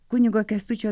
kunigo kęstučio